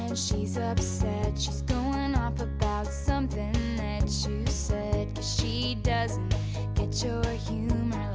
she's upset she's going off about something that so you said cause she doesn't get your humor